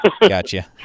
gotcha